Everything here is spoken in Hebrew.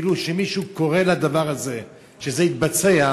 כאילו שמישהו קורא לדבר הזה שזה יתבצע